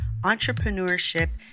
entrepreneurship